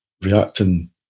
reacting